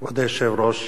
כבוד היושב-ראש,